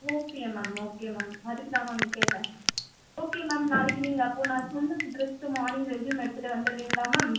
okay ma'am okay ma'am அதுக்குதான் ma'am கேட்டேன் okay ma'am நாளைக்கு நீங்கள் அப்போ நான் சொன்ன அட்ரெஸுக்கு மார்னிங் ரெஸ்யூம் எடுத்துகிட்டு வந்துறீங்களா மேம்